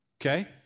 Okay